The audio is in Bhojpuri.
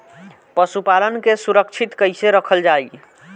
पशुपालन के सुरक्षित कैसे रखल जाई?